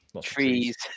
trees